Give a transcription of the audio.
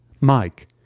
Mike